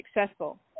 successful